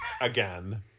again